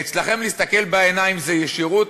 אצלכם להסתכל בעיניים זה ישירות,